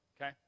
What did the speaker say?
okay